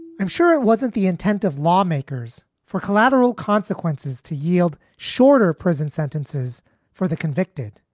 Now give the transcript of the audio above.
i'm sure it wasn't the intent of lawmakers for collateral consequences to yield shorter prison sentences for the convicted.